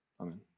amen